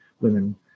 women